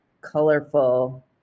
colorful